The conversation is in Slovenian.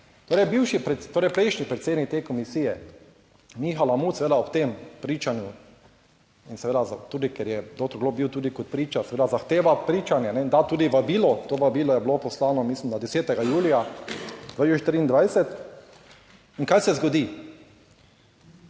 torej prejšnji predsednik te komisije Miha Lamut seveda ob tem pričanju in seveda tudi, ker je doktor Golob bil tudi kot priča, seveda zahteva pričanje, da tudi vabilo, to vabilo je bilo poslano, mislim, da 10. julija 2024 in kaj se zgodi.